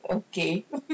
okay